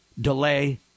delay